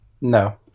no